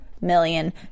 million